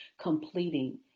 completing